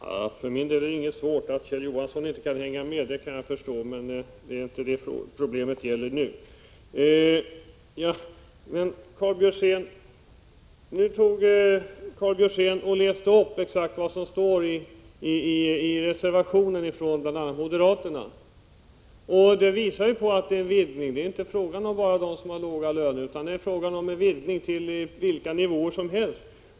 Herr talman! För min del är detta inte svårt. Att Kjell Johansson inte kan hänga med kan jag förstå, men det är inte det problemet gäller just nu. Nu läste Karl Björzén upp exakt det som står i reservationen från bl.a. moderaterna. Den visar att det handlar om en utvidgning. Det gäller inte bara dem som har låga löner, utan det är en utvidgning till vilka nivåer som helst.